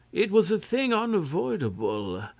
it was a thing unavoidable,